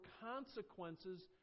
consequences